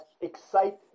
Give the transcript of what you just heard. excite